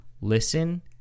listen